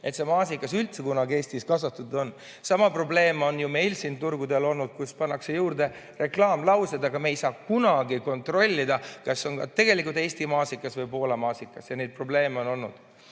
et see maasikas üldse kunagi Eestis kasvanud on. Sama probleem on ju meil siin turgudel olnud, kui pannakse juurde reklaamlaused, aga me ei saa kunagi kontrollida, kas see on ka tegelikult Eesti maasikas või on see Poola maasikas. Neid probleeme on olnud.